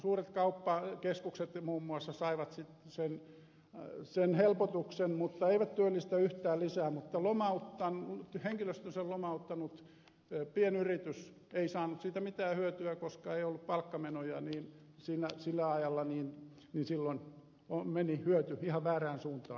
rikkaimmat suuret kauppakeskukset muun muassa saivat sen helpotuksen mutta eivät työllistä yhtään lisää mutta henkilöstönsä lomauttanut pienyritys ei saanut siitä mitään hyötyä koska ei ollut palkkamenoja sillä ajalla ja silloin meni hyöty ihan väärään suuntaan